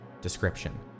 Description